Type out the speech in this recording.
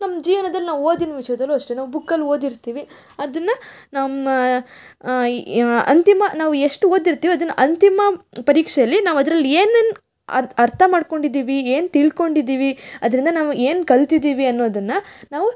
ನಮ್ಮ ಜೀವ್ನದಲ್ಲಿ ನಾವು ಓದಿನ ವಿಷಯದಲ್ಲೂ ಅಷ್ಟೇ ನಾವು ಬುಕ್ಕಲ್ಲಿ ಓದಿರ್ತೀವಿ ಅದನ್ನು ನಮ್ಮ ಅಂತಿಮ ನಾವು ಎಷ್ಟು ಓದಿರ್ತಿವಿ ಅದನ್ನು ಅಂತಿಮ ಪರೀಕ್ಷೆಯಲ್ಲಿ ನಾವು ಅದ್ರಲ್ಲಿ ಏನೇನು ಅರ್ಥ ಮಾಡಿಕೊಂಡಿದ್ದೀವಿ ಏನು ತಿಳ್ಕೊಂಡಿದ್ದೀವಿ ಅದರಿಂದ ನಾವು ಏನು ಕಲ್ತಿದ್ದೀವಿ ಅನ್ನೋದನ್ನು ನಾವು